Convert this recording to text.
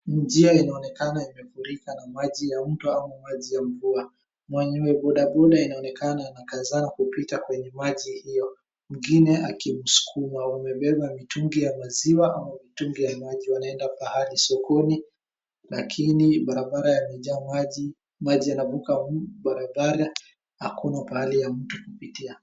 Njia inaonekana imefurika na maji ya mto au maji ya mvua. Mwenye boda boda inaonekana anakazana kupita kwenye maji hiyo. Mwingine akimsukuma. Wamebeba mitungi ya maziwa au mitungi ya maji. Wanaenda pahali sokoni lakini barabara yamejaa maji. Maji yanavuka barabara. Hakuna pahali ya mtu kupitia.